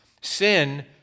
Sin